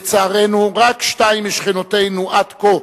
לצערנו, רק שתיים משכנותינו עד כה